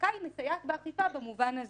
החזקה מסייעת באכיפה במובן הזה,